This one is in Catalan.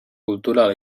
cultural